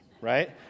right